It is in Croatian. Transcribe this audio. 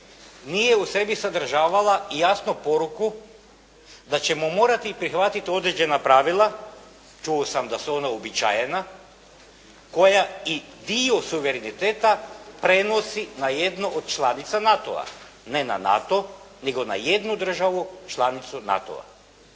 nije u sebi sadržavala i jasnu poruku da ćemo morati prihvatiti određena pravila, čuo sam da su ona uobičajena, koja i dio suvereniteta prenosi na jednu od članica NATO-a. Ne na NATO, nego na jednu državu članicu NATO-a.